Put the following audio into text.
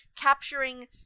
capturing